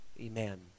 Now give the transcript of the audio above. Amen